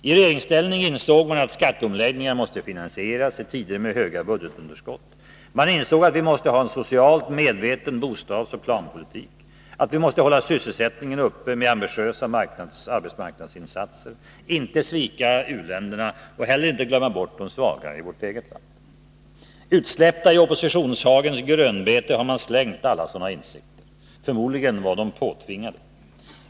I regeringsställning insåg man att skatteomläggningar måste finansieras i tider med höga budgetunderskott. Man insåg att vi måste ha en socialt medveten bostadsoch planpolitik, att vi måste hålla sysselsättningen uppe med ambitiösa arbetsmarknadsinsatser, inte svika u-länderna och heller inte glömma bort de svaga i vårt eget land. Utsläppta i oppositionshagens grönbete har man slängt alla sådana insikter. Förmodligen var de påtvingade.